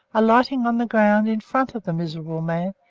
alighting on the ground in front of the miserable man,